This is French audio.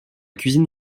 cuisine